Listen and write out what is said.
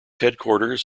headquarters